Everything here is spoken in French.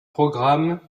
programme